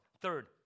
Third